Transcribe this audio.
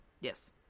Yes